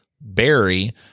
Barry